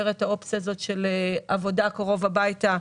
את האופציה הזאת של עבודה קרוב הביתה,